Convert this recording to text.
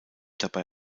dabei